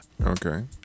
Okay